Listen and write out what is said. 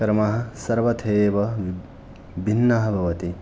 क्रमः सर्वथैव भिन्नः भवति